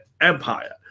empire